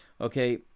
okay